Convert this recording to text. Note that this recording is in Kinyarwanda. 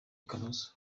kamoso